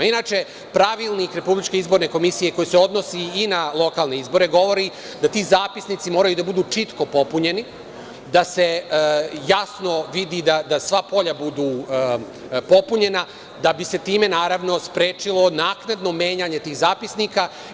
Inače, pravilnik RIK koji se odnosi i na lokalne izbore govori da ti zapisnici moraju da budu čitko popunjeni, da se jasno vidi, da sva polja budu popunjena, da bi se time sprečilo naknadno menjanje tih zapisnika.